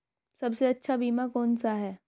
सबसे अच्छा बीमा कौन सा है?